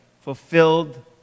fulfilled